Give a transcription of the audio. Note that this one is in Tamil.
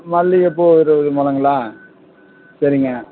மல்லிகைப்பூ ஒரு முலங்கல்லா சரிங்க